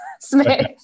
Smith